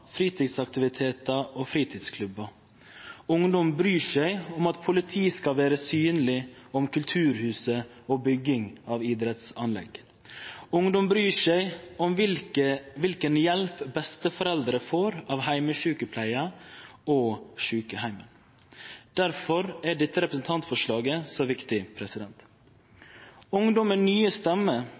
fritidsaktivitetar og fritidsklubbar. Ungdom bryr seg om at politiet skal vere synleg, om kulturhuset og om bygging av idrettsanlegg. Ungdom bryr seg om kva hjelp besteforeldra får av heimesjukepleiaren, og om sjukeheimar. Difor er dette representantforslaget så viktig. Ungdom har nye stemmer,